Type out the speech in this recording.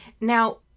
Now